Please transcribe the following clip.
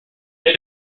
had